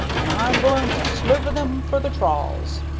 an' i'm going to sliver them for the trawls.